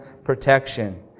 protection